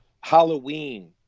Halloween